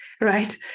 right